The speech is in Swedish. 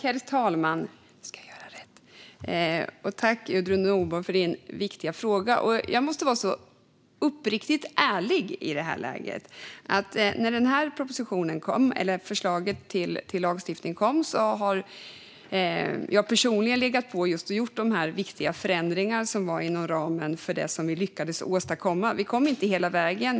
Herr talman! Jag tackar Gudrun Nordborg för den viktiga frågan. Jag måste vara uppriktigt ärlig i detta läge. Sedan denna proposition kom - förslaget till lagstiftning - har jag personligen legat på och gjort de viktiga förändringar som var inom ramen för det som vi lyckades åstadkomma. Vi kom inte hela vägen.